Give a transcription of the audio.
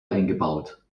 eingebaut